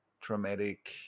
traumatic